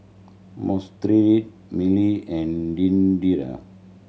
Miley and